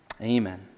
Amen